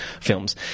films